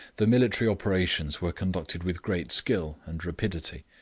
the military operations were conducted with great skill and rapidity,